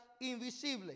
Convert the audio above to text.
invisible